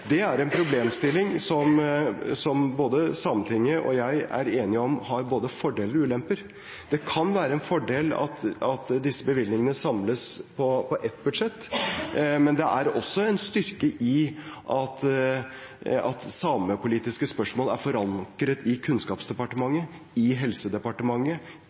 det. Det er en problemstilling som både Sametinget og jeg er enige om har både fordeler og ulemper. Det kan være en fordel at disse bevilgningene samles på ett budsjett, men det er også en styrke i at samepolitiske spørsmål er forankret i Kunnskapsdepartementet, i Helsedepartementet,